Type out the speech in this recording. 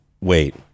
Wait